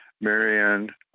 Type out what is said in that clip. Marianne